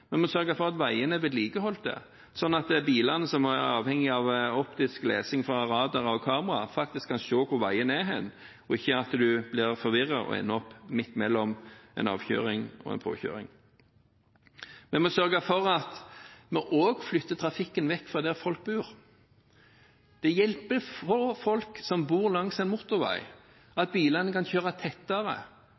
Vi må sørge for at veiene er vedlikeholdt, slik at bilene som er avhengig av optisk lesing fra radarer og kamera, faktisk kan se hvor veien er, så en ikke blir forvirret og ender midt mellom en avkjøring og en påkjøring. Vi må sørge for at vi også flytter trafikken bort fra der hvor folk bor. Det hjelper få folk som bor langs en motorvei, at bilene kan kjøre tettere,